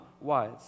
wise